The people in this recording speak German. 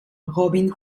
robin